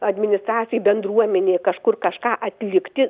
administracijai bendruomenei kažkur kažką atlikti